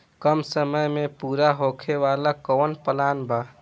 कम समय में पूरा होखे वाला कवन प्लान बा?